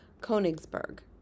Konigsberg